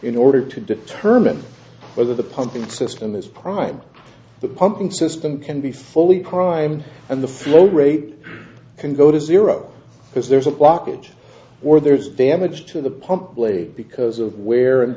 in order to determine whether the pumping system is prime the pumping system can be fully primed and the flow rate can go to zero because there's a blockage or there's damage to the pump plate because of wear and